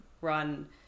run